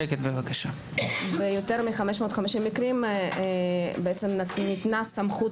ויותר מ-550 מקרים בעצם ניתנה סמכות